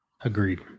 Agreed